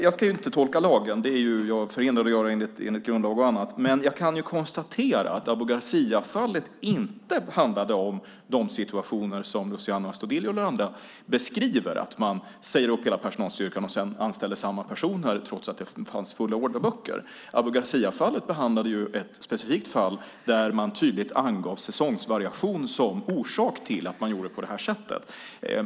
Jag ska inte tolka lagen; det är jag förhindrad att göra enligt grundlag och annat. Jag kan dock konstatera att Abu Garcia-fallet inte handlade om de situationer som Luciano Astudillo med flera beskriver, nämligen att man säger upp hela personalstyrkan och sedan anställer samma personer trots att det fanns fulla orderböcker. Abu Garcia-fallet behandlade ett specifikt fall där man tydligt angav säsongsvariation som orsak till att man gjorde på detta sätt.